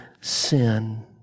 sin